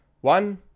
One